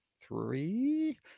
three